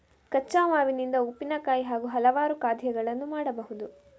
ಕಚ್ಚಾ ಮಾವಿನಿಂದ ಉಪ್ಪಿನಕಾಯಿ ಹಾಗೂ ಹಲವಾರು ಖಾದ್ಯಗಳನ್ನು ಮಾಡಬಹುದು